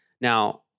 Now